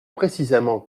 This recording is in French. précisément